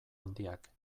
handiak